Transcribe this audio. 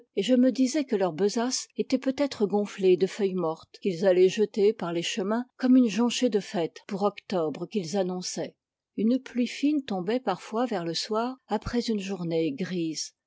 et je me disais que leur besace était peut-être gonflée de feuilles mortes qu'ils allaient jeter par les chemins comme une jonchée de fête pour octobre qu'ils annonçaient une pluie fine tombait parfois vers le soir après une journée grise